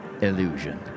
illusion